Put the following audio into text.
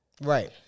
Right